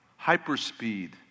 Hyperspeed